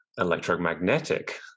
electromagnetic